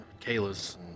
Kayla's